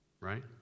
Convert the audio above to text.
right